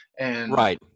Right